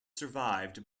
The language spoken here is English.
survived